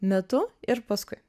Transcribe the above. metu ir paskui